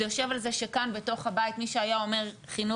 זה יושב על זה שכאן בתוך הבית מי שהיה אומר חינוך